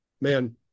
man